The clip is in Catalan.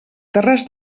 terres